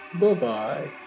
Bye-bye